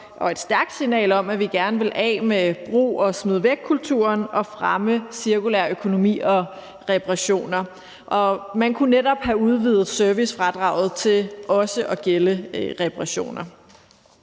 politisk signal – om, at vi gerne ville af med brug og smid væk-kulturen og fremme cirkulær økonomi og reparationer. Man kunne netop have udvidet servicefradraget til også at gælde reparationer.